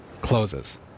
closes